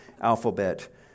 alphabet